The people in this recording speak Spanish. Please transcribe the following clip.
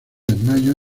desmayo